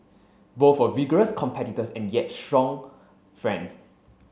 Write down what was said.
both were vigorous competitors and yet strong friends